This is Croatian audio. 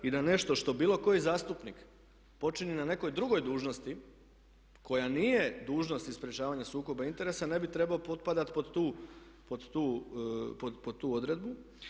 I da nešto što bilo koji zastupnik počinje na nekoj drugoj dužnosti koja nije dužnost iz sprečavanja sukoba interesa ne bi trebalo potpadati pod tu odredbu.